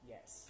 Yes